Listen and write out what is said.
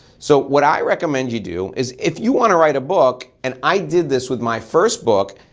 so what i recommend you do is if you wanna write a book, and i did this with my first book,